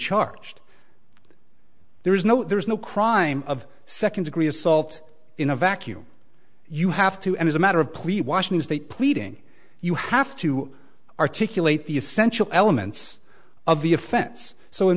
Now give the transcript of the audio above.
charged there is no there's no crime of second degree assault in a vacuum you have to as a matter of plea washington state pleading you have to articulate the essential elements of the offense so in